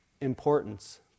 importance